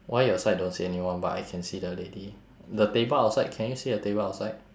why your side don't see anyone but I can see the lady the table outside can you see the table outside